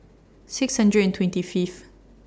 six hundred and twenty Fifth